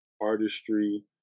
artistry